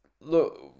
Look